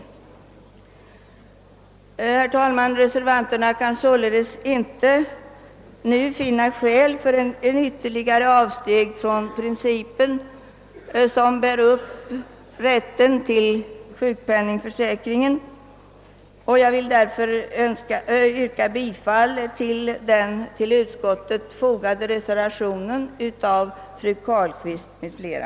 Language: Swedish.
Herr talman! Reservanterna kan således inte finna skäl för ytterligare avsteg från den princip som bär upp rätten till sjukpenningförsäkring. Jag vill därför yrka bifall till den vid utskottsutlåtandet fogade reservationen av fru Carlqvist m.fl.